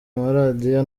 amaradiyo